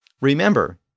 Remember